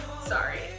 sorry